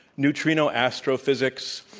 neutrino astrophysics,